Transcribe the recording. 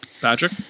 Patrick